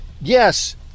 yes